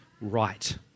right